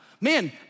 man